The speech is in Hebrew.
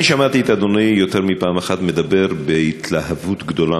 אני שמעתי את אדוני יותר מפעם אחת מדבר בהתלהבות גדולה